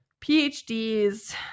PhDs